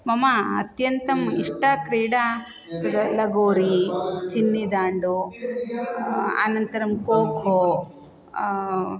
मम अत्यन्तम् इष्टा क्रीडा लगोरी चिन्नीदाण्डो आनन्तरं कोक्खो